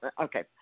okay